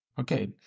Okay